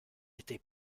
été